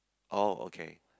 oh okay